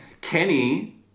kenny